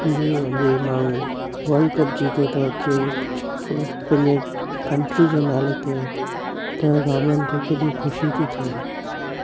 जीअं अॼु माण्हू वल्डकप जीते थो अचे छोकिरो पंहिंजे कंट्री जे नाले ते त गामनि खे केॾी ख़ुशी थी थिए